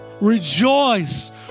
rejoice